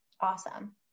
Awesome